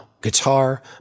guitar